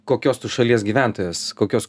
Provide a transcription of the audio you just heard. kokios tu šalies gyventojas kokios